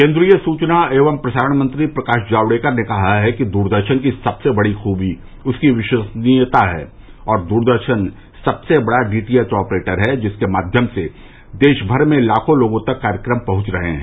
केन्द्रीय सूचना एवं प्रसारण मंत्री प्रकाश जावड़ेकर ने कहा है कि दूरदर्शन की सबसे बड़ी खूबी उसकी विश्वसनीयता है और दूरदर्शन सबसे बड़ा डीटीएच ऑपरेटर है जिसके माध्यम से देशभर में लाखों लोगों तक कार्यक्रम पहुंच रहे हैं